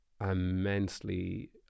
immensely